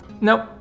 Nope